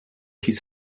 his